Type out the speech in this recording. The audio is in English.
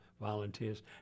volunteers